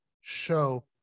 show